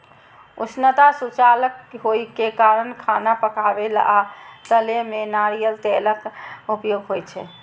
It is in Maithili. उष्णता सुचालक होइ के कारण खाना पकाबै आ तलै मे नारियल तेलक उपयोग होइ छै